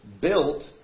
built